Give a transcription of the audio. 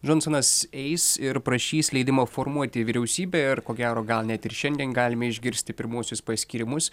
džonsonas eis ir prašys leidimo formuoti vyriausybę ir ko gero gal net ir šiandien galime išgirsti pirmuosius paskyrimus